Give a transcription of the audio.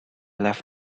left